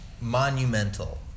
monumental